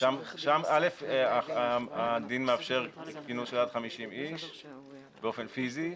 שם הדין מאפשר כינוס של עד 50 איש באופן פיזי.